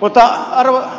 mutta